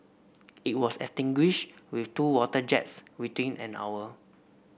it was extinguished with two water jets within an hour